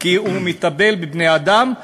כי הוא מטפל בבני-אדם,